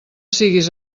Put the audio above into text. siguis